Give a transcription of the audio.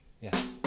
Yes